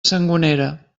sangonera